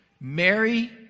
Mary